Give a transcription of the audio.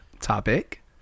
topic